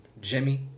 Jimmy